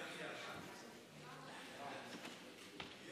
עשר דקות, בבקשה.